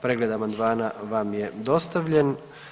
Pregled amandmana vam je dostavljen.